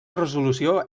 resolució